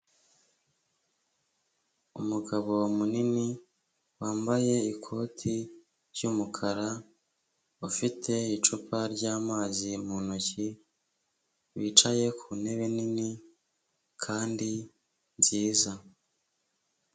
Umugabo munini wambaye ikoti ry'umukara, ufite icupa ry'amazi mu ntoki, wicaye ku ntebe nini kandi nziza.